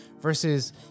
versus